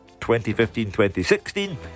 2015-2016